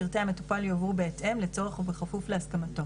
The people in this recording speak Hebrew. פרטי המטופל יועברו בהתאם לצורך ובכפוף להסכמתו"